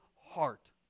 heart